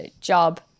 job